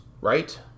right